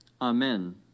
Amen